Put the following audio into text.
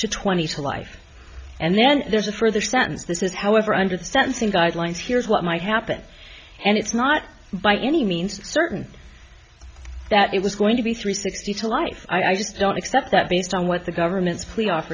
to twenty to life and then there's a further sentence this is however under the sentencing guidelines here's what might happen and it's not by any means certain that it was going to be three sixty to life i just don't accept that based on what the government's plea off